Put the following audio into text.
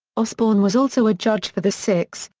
osbourne was also a judge for the sixth,